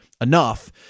enough